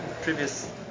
Previous